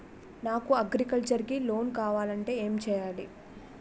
నాకు అగ్రికల్చర్ కి లోన్ కావాలంటే ఏం చేయాలి?